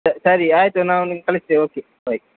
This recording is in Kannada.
ಸ ಸರಿ ಆಯಿತು ನಾವು ನಿಮ್ಗೆ ಕಳಿಸ್ತೀವಿ ಓಕೆ ಬಾಯ್